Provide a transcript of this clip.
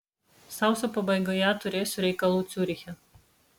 sausio pabaigoje turėsiu reikalų ciuriche